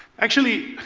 actually,